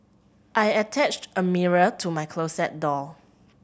I attached a mirror to my closet door